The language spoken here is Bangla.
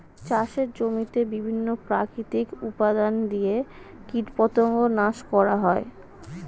চাষের জমিতে বিভিন্ন প্রাকৃতিক উপাদান দিয়ে কীটপতঙ্গ নাশ করা হয়